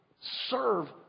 Serve